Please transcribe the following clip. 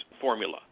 formula